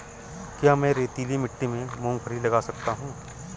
क्या मैं रेतीली मिट्टी में मूँगफली लगा सकता हूँ?